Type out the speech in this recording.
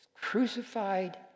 crucified